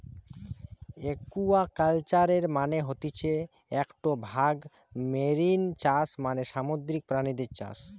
একুয়াকালচারের মানে হতিছে একটো ভাগ মেরিন চাষ মানে সামুদ্রিক প্রাণীদের চাষ